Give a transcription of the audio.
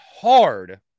hard